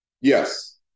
Yes